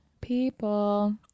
people